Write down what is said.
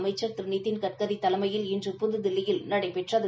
அமைச்சா திரு நிதின் கட்கரி தலைமையில் இன்று புதுதில்லியில் நடைபெற்றது